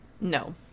No